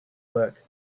work